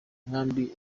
nkambi